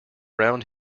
round